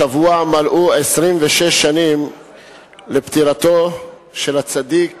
השבוע מלאו 26 שנים לפטירתו של הצדיק